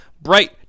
bright